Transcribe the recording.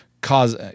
cause